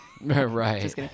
right